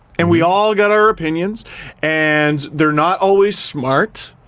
and we all got our opinions and they're not always smart,